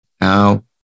Now